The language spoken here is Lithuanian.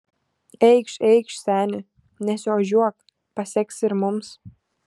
eikš eikš seni nesiožiuok paseksi ir mums